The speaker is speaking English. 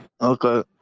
Okay